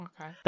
okay